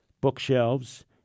bookshelves